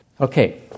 Okay